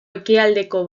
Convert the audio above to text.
ekialdeko